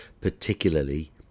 particularly